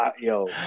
Yo